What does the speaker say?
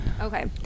Okay